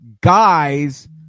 guys